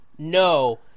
No